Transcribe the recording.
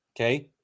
Okay